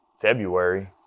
February